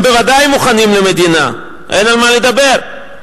הם בוודאי מוכנים למדינה, אין על מה לדבר.